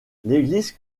l’église